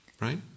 Right